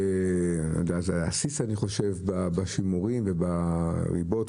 והיה עסיס אני חושב בשימורים ובריבות,